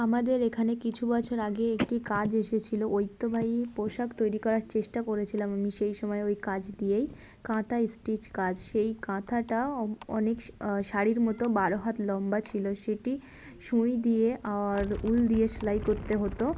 আমাদের এখানে কিছু বছর আগে একটি কাজ এসেছিলো ঐতিহ্যবাহী পোশাক তৈরি করার চেষ্টা করেছিলাম আমি সেই সময় ওই কাজ দিয়েই কাঁথা স্টিচ কাজ সেই কাঁথাটা অনেক শাড়ির মতো বারো হাত লম্বা ছিল সেটি সুঁই দিয়ে আর উল দিয়ে সেলাই করতে হতো